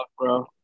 bro